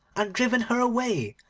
and driven her away,